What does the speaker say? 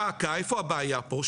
דא עקא, איפה הבעיה פה?